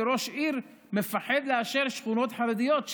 וראש עיר מפחד לאשר שכונות חרדיות,